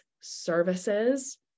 services